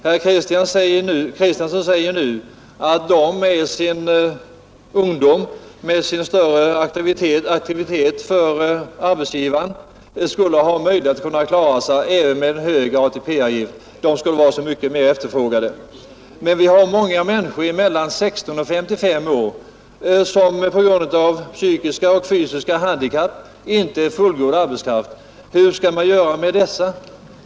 Herr Kristiansson sade att de yngre arbetarna med sin större attraktivitet för arbetsgivaren har möjligheter att klara sig även med en högre ATP-avgift, därför att de är mera efterfrågade. Men vi har många arbetstagare mellan 16 och 55 år, som på grund av psykiska och fysiska handikapp inte är fullgoda arbetare. Hur skall vi göra med dem?